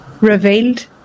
revealed